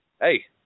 Hey